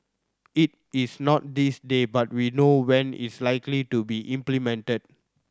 it is not this day but we know when it's likely to be implemented